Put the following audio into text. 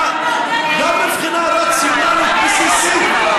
גם בבחינה רציונלית בסיסית,